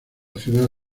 ciudad